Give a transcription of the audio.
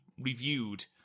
reviewed